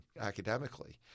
academically